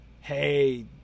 Hey